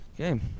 Okay